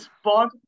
spot